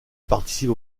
participe